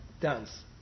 dance